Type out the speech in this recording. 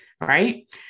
Right